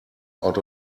out